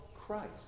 Christ